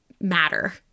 matter